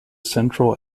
central